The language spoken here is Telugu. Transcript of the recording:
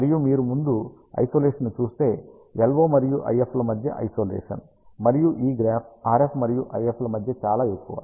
మరియు మీరు ముందు ఐసోలేషన్ ని చూస్తే LO మరియు IF ల మధ్య ఐసోలేషన్ మరియు ఈ గ్రాఫ్ RF మరియు IF ల మధ్య చాలా ఎక్కువ